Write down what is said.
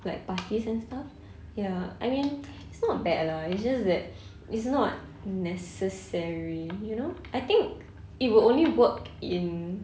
like parties and stuff ya I mean it's not bad lah it's just that it's not necessary you know I think it will only work in